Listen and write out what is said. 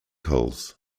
holes